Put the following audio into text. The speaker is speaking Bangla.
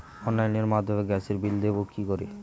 অনলাইনের মাধ্যমে গ্যাসের বিল দেবো কি করে?